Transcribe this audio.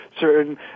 certain